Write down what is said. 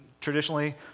traditionally